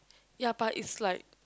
ya but is like